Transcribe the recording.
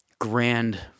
Grand